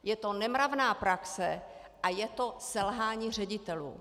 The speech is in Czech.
Je to nemravná praxe a je to selhání ředitelů.